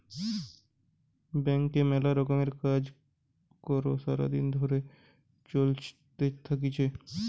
ব্যাংকে মেলা রকমের কাজ কর্ সারা দিন ধরে চলতে থাকতিছে